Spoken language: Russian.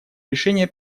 решение